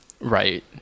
right